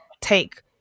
take